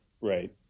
Right